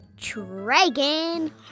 dragon